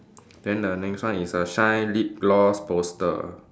then the next one is err shine lip gloss poster